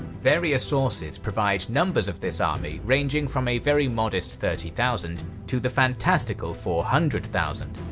various sources provide numbers of this army ranging from a very modest thirty thousand to the fantastical four hundred thousand.